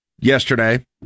Yesterday